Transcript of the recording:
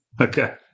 Okay